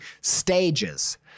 stages